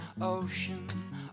ocean